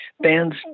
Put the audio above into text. bands